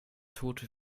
tote